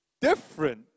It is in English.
different